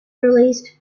released